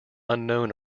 unknown